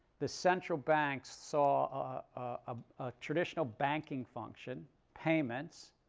the central banks saw a traditional banking function payments,